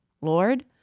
Lord